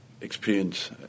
experience